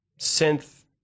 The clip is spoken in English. synth